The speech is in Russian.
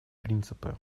принципы